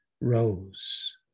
rose